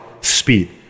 Speed